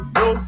no